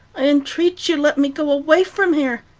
i entreat you, let me go away from here